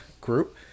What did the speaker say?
group